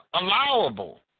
allowable